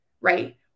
right